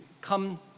come